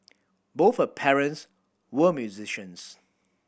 both her parents were musicians